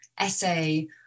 essay